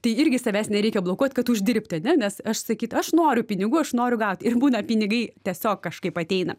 tai irgi savęs nereikia blokuot kad uždirbti ane nes aš sakyt aš noriu pinigų aš noriu gaut ir būna pinigai tiesiog kažkaip ateina